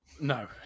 No